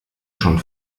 schon